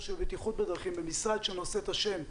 של בטיחות בדרכים במשרד שנושא את השם,